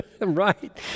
right